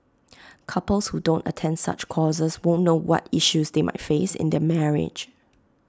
couples who don't attend such courses won't know what issues they might face in their marriage